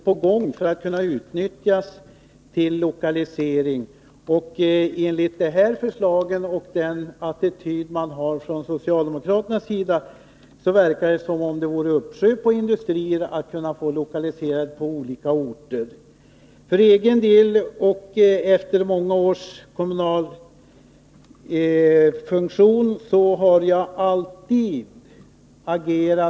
Herr talman! Jag lyssnade på Nils-Olof Grönhagens första inlägg, där han kom fram till att inte ens de industricentra som redan är inrättade haft möjligheter att utvecklas på ett sätt som är på något vis tillfredsställande. Förslaget innebär inte bara att man verkar för Sollefteå eller någon av de andra tre orterna som socialdemokraterna talar om — det innebär även en tävlan om de industrier som är aktuella för en lokalisering. Av den attityd socialdemokraterna har kan man få intrycket att det fanns en uppsjö industrier som man kan få lokaliserade till olika orter.